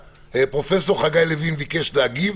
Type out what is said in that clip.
פרופ' חגי לוין ביקש להגיב.